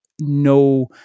no